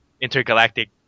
intergalactic